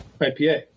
IPA